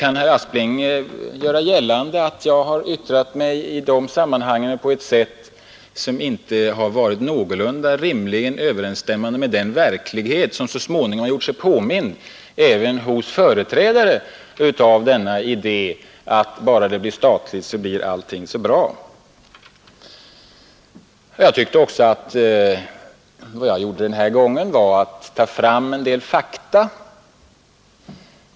Kan herr Aspling göra gällande att jag i de sammanhangen yttrat mig på ett sätt, som inte varit någorlunda överensstämmande med den verklighet, som så småningom gjort sig påmind även hos företrädare för idén om att bara det blir statligt blir allting bra? Denna gång har jag tagit fram en del fakta.